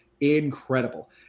Incredible